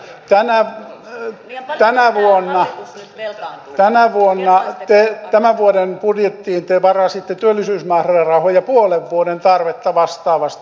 tänään on tänä vuonna jo tänä vuonna hän teki tämän vuoden budjettiin te varasitte työllisyysmäärärahoja puolen vuoden tarvetta vastaavasti